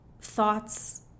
thoughts